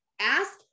ask